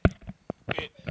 okay